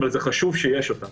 אבל חשוב שיש אותה